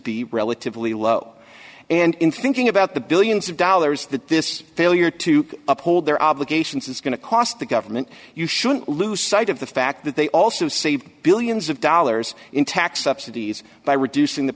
be relatively low and in thinking about the billions of dollars that this failure to uphold their obligations is going to cost the government you shouldn't lose sight of the fact that they also save billions of dollars in tax subsidies by reducing the